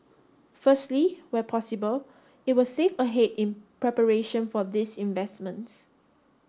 firstly where possible it will save ahead in preparation for these investments